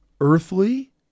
earthly